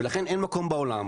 ולכן אין מקום בעולם,